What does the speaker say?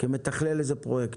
כמתכלל של איזה פרויקט.